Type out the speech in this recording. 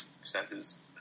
senses